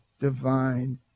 divine